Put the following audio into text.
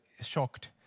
shocked